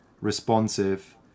responsive